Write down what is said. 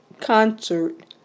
concert